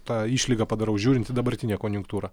tą išlygą padarau žiūrint į dabartinę konjunktūrą